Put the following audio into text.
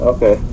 Okay